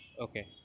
okay